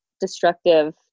destructive